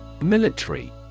Military